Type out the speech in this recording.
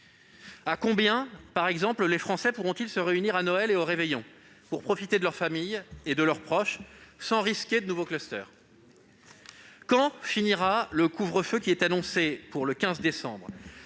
À combien les Français pourront-ils se réunir à Noël et au réveillon pour profiter de leurs familles et de leurs proches, sans risquer de former de nouveaux clusters ? Quand le couvre-feu annoncé pour le 15 décembre